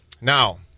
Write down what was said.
Now